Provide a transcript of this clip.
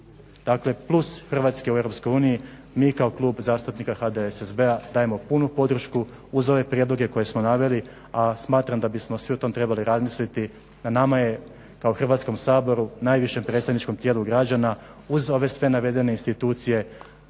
dakle plus Hrvatske u Europskoj uniji, mi kao Klub zastupnika HDSSB-a dajemo punu podršku uz ove prijedloge koje smo naveli, a smatram da bismo svi o tom trebali razmisliti. Na nama je kao Hrvatskom saboru najvišem predstavničkom tijelu građana uz ove sve navedene institucije